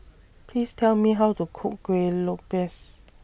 Please Tell Me How to Cook Kuih Lopes